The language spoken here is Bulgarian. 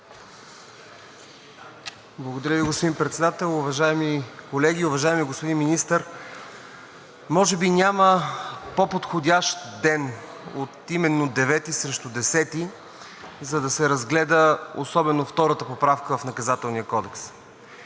Благодаря Ви, господин Председател. Уважаеми колеги, уважаеми господин Министър, може би няма по-подходящ ден от именно 9-и срещу 10-и, за да се разгледа особено втората поправка в Наказателния кодекс.